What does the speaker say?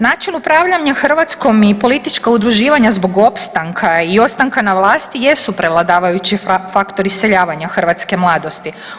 Način upravljanja Hrvatskom i politička udruživanja zbog opstanka i ostanka na vlasti jesu prevladavajući faktori iseljavanja hrvatske mladosti.